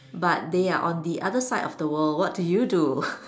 but they are on the other side of the world what do you do